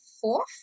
fourth